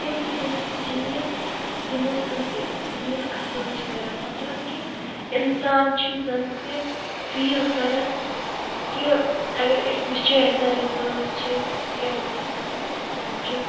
تِم کیٚنہہ چیٖز یِمَو سۭتۍ أسۍ فیٖل اَصٕل چھِ کران مطلب کہِ اِنسان چھُ زَنہٕ تہِ فیٖل کَران کہِ اَگر أسۍ وٕچھو ییٚمہِ ساتہٕ رِسٲرٕچ چھِ کیٚنہہ گژھان اِنسان چھُ